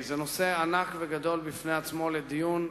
זה נושא ענק וגדול בפני עצמו לדיון,